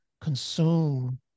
consume